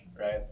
right